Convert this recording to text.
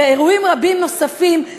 ואירועים רבים נוספים,